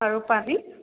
আৰু পানী